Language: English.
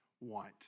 want